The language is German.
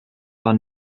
war